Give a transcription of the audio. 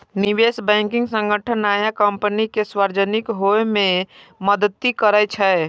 निवेश बैंकिंग संगठन नया कंपनी कें सार्वजनिक होइ मे मदति करै छै